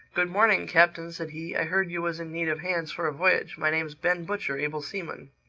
good morning, captain, said he. i heard you was in need of hands for a voyage. my name's ben butcher, able seaman.